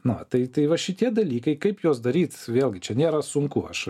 na tai tai va šitie dalykai kaip juos daryt vėlgi čia nėra sunku aš